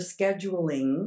scheduling